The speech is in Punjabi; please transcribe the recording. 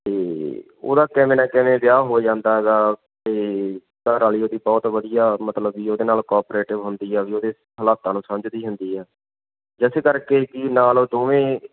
ਅਤੇ ਉਹਦਾ ਕਿਵੇਂ ਨਾ ਕਿਵੇਂ ਵਿਆਹ ਹੋ ਜਾਂਦਾ ਗਾ ਅਤੇ ਘਰ ਵਾਲੀ ਉਹਦੀ ਬਹੁਤ ਵਧੀਆ ਮਤਲਬ ਵੀ ਉਹਦੇ ਨਾਲ ਕੋਆਪਰੇਟਿਵ ਹੁੰਦੀ ਆ ਵੀ ਉਹਦੇ ਹਾਲਾਤਾਂ ਨੂੰ ਸਮਝਦੀ ਹੁੰਦੀ ਆ ਜਿਸ ਕਰਕੇ ਕਿ ਨਾਲ ਉਹ ਦੋਵੇਂ